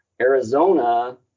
Arizona